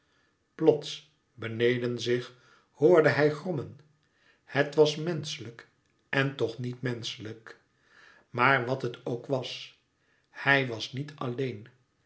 plots beneden zich hoorde hij grommen het was menschelijk en toch niet menschelijk maar wat het ook was hij was nièt alleen